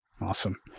Awesome